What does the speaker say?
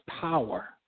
power